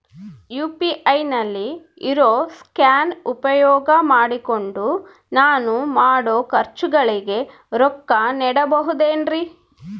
UPI ನಲ್ಲಿ ಇರೋ scan ಉಪಯೋಗ ಮಾಡಿಕೊಂಡು ನಾನು ಮಾಡೋ ಖರ್ಚುಗಳಿಗೆ ರೊಕ್ಕ ನೇಡಬಹುದೇನ್ರಿ?